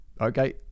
okay